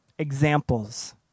examples